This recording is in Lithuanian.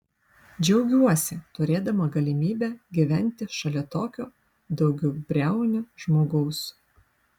džiaugiuosi turėdama galimybę gyventi šalia tokio daugiabriaunio žmogaus